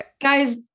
Guys